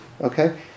Okay